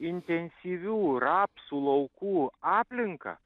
intensyvių rapsų laukų aplinką